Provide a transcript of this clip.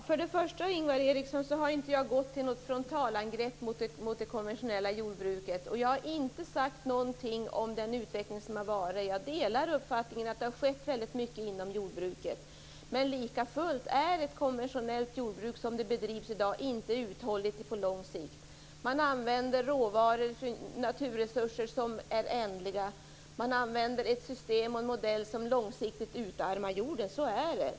Fru talman! Jag har inte gått till frontalangrepp mot det konventionella jordbruket. Inte heller har jag sagt någonting om den utveckling som har varit. I stället delar jag uppfattningen att det har skett väldigt mycket inom jordbruket. Likafullt är ett konventionellt jordbruk, som det i dag bedrivs, inte uthålligt på lång sikt. Man använder ändliga naturresurser och man använder ett system och en modell som långsiktigt utarmar jorden. Så är det.